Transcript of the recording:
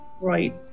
Right